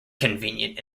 convenient